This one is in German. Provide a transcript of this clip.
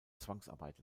zwangsarbeit